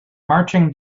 marching